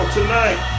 tonight